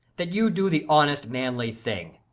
that you do the honest, manly thing.